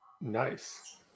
Nice